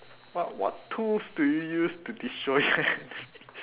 what what tools do you use to destroy them